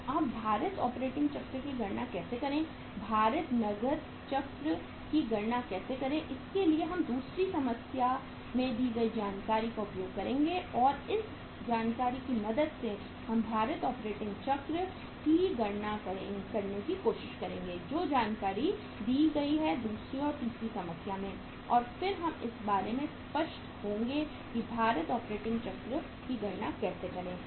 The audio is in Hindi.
तो अब भारित ऑपरेटिंग चक्र की गणना कैसे करें भारित नकद चक्र की गणना कैसे करें इसके लिए हम दूसरी समस्या में दी गई जानकारी का उपयोग करेंगे और इस जानकारी की मदद से हम भारित ऑपरेटिंग चक्र की गणना करने की कोशिश करेंगे जो जानकारी दी गई है दूसरी और तीसरी समस्या में और फिर हम इस बारे में स्पष्ट होंगे कि भारित ऑपरेटिंग चक्र की गणना कैसे करें